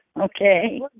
okay